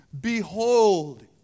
behold